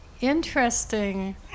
interesting